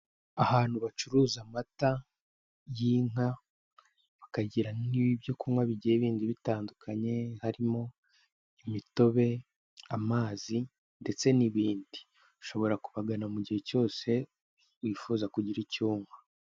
Ahantu bacuruza amata y'inka, bakagira n'ibyo kunywa bigiye bindi bitandukanye, harimo imitobe, amazi, ndetse n'ibindi. Ushobora kubagana mu gihe cyose wifuza kugira icyo unywa.